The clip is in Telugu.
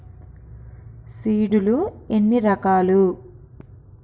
సీడ్ లు ఎన్ని రకాలు?